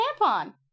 tampon